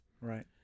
Right